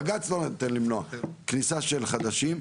בג"ץ לא ייתן למנוע כניסה של חדשים,